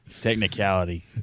Technicality